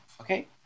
Okay